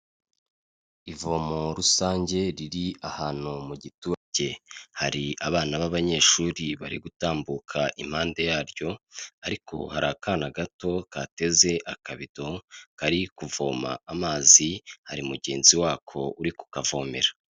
Ivomo rusange riri ahantu mu giturage, hari abana b'abanyeshuri bari gutambuka impande yaryo, ariko ubu hari akana gato gateze akabido kari kuvoma amazi, hari mugenzi wako uri ku kavomera.